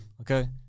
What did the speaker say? Okay